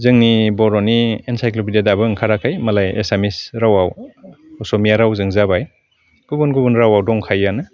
जोंनि बर'नि एनसाइक्ल'बेदिया दाबो ओंखाराखै मालाय एसामिस रावाव अस'मिया रावजों जाबाय गुबुन गुबुन रावाव दंखायोआनो